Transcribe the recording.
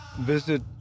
Visit